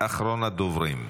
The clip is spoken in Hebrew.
אחרון הדוברים.